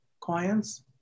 clients